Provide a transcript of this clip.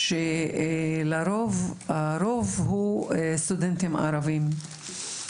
ורובם סטודנטים ערבים.